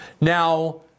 Now